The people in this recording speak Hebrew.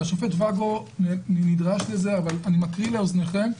השופט ואגו נדרש לזה, אני אקריא לאוזניכם.